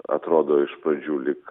atrodo iš pradžių lyg